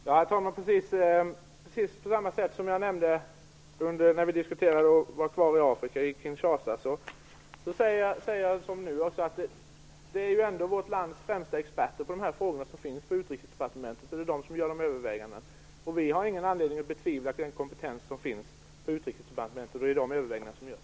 Herr talman! Precis som när vi diskuterade Kinshasa vill jag säga att det ändå är vårt lands främsta experter på de här frågorna som finns på Utrikesdepartementet. Det är de som gör övervägandena, och vi har inte någon anledning att betvivla den kompetens som finns på Utrikesdepartementet. Det är de övervägandena som görs.